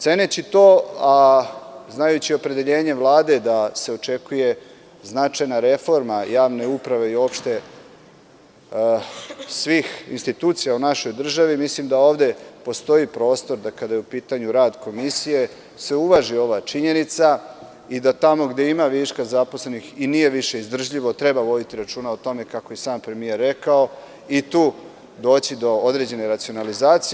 Ceneći to, a znajući opredeljenje Vlade da se očekuje značajna reforma javne uprave i uopšte svih institucija u našoj državi, mislim da ovde postoji prostor da kada je u pitanju rad Komisije se uvaži ova činjenica i da tamo gde ima viška zaposlenih i nije više izdržljivo, treba voditi računa o tome, kako je i sam premijer rekao, i tu doći do određene racionalizacije.